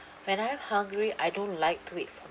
when I'm hungry I don't like to wait for